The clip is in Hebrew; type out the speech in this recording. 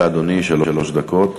בבקשה, אדוני, שלוש דקות.